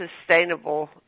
sustainable